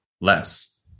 less